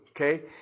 Okay